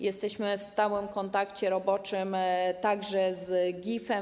Jesteśmy w stałym kontakcie roboczym także z GIF-em.